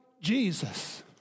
Jesus